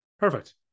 Perfect